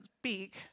speak